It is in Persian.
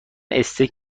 استیک